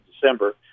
december